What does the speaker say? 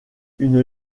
une